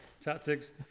tactics